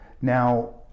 now